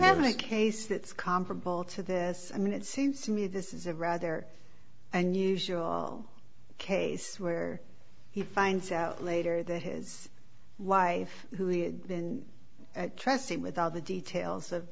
have a case that's comparable to this i mean it seems to me this is a rather unusual case where he finds out later that his wife who he can trust him with all the details of